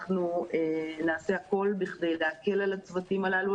אנחנו נעשה הכול בכדי להקל על הצוותים הללו,